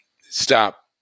stop